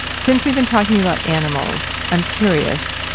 since we've been talking about animals, i'm curious.